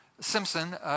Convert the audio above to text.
Simpson